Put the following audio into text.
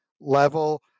level